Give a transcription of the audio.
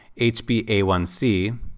HbA1c